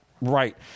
right